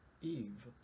Eve